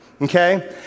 okay